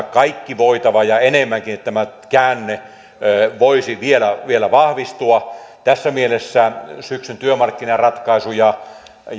kaikki voitava ja enemmänkin että tämä käänne voisi vielä vielä vahvistua tässä mielessä syksyn työmarkkinaratkaisu ja